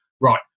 Right